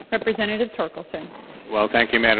representative torkelson we ll thank you mme. yeah